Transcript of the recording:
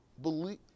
believe